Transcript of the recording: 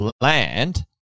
land